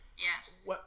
Yes